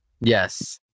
Yes